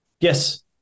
Yes